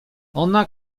ona